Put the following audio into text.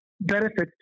benefits